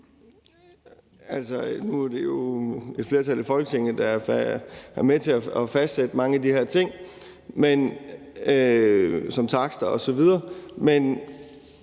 Nu er det jo et flertal i Folketinget, der er med til at fastsætte mange af de her ting som takster osv., men